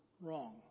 wrong